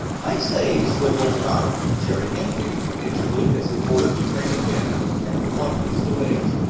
hi say, slim, old top, jerry imitated good-naturedly as they boarded the train again after one of these delays.